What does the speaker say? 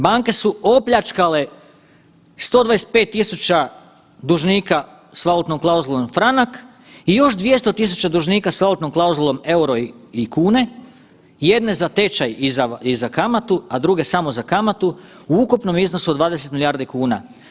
Banke su opljačkale 125.000 dužnika s valutnom klauzulom franak i još 200.000 dužnika s valutnom klauzulom euro i kune, jedne za tečaj i za kamatu, a druge samo za kamatu u ukupnom iznosu od 20 milijardi kuna.